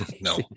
no